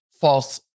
false